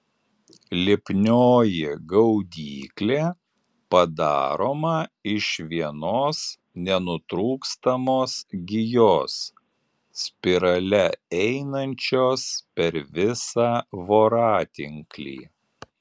lipnioji gaudyklė padaroma iš vienos nenutrūkstamos gijos spirale einančios per visą voratinklį